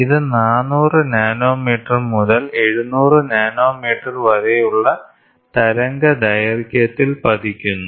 ഇത് 400 നാനോമീറ്റർ മുതൽ 700 നാനോമീറ്റർ വരെയുള്ള തരംഗദൈർഘ്യത്തിൽ പതിക്കുന്നു